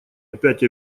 опять